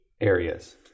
areas